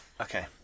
Okay